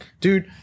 dude